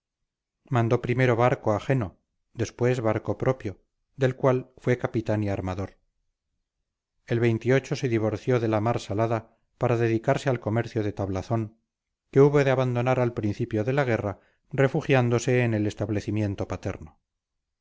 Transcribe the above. mandó primero barco ajeno después barco propio del cual fue capitán y armador el se divorció de la mar salada para dedicarse al comercio de tablazón que hubo de abandonar al principio de la guerra refugiándose en el establecimiento paterno